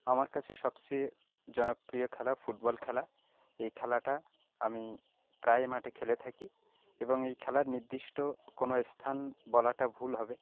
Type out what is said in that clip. আমার কাছে সবচেয়ে জনপ্রিয় খেলা ফুটবল খেলা এই খেলাটা আমি প্রায় মাঠে খেলে থাকি এবং এই খেলার নির্দিষ্ট কোনো স্থান বলাটা ভুল হবে